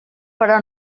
però